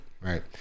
Right